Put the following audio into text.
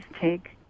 take